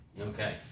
Okay